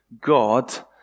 God